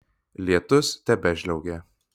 lietus tebežliaugė